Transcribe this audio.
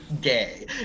Gay